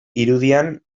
irudian